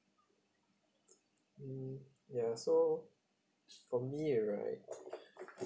mm ya so for me right